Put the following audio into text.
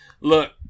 look